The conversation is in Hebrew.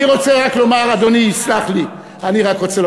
אני רוצה רק לומר, אדוני, חבל רק שמי ששומע